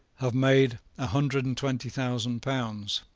have made a hundred and twenty thousand pounds.